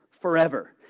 forever